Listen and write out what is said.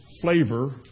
flavor